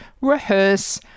rehearse